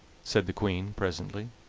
said the queen presently.